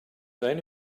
only